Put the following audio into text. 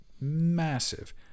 massive